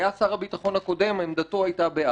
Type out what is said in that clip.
היה שר הביטחון הקודם, עמדתו היתה בעד.